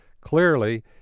Clearly